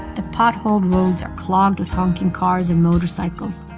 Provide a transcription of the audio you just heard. the potholed roads are clogged with honking cars and motorcycles,